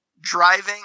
driving